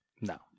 No